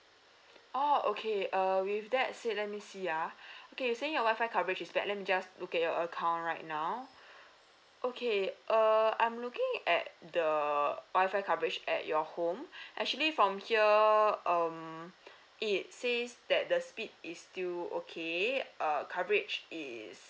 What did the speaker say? orh okay err with that said let me see ah okay you're saying your WI-FI coverage is bad let me just look at your account right now okay err I'm looking at the WI-FI coverage at your home actually from here um it says that the speed is still okay err coverage is